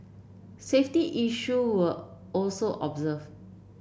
safety issue were also observed